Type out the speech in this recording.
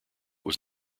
was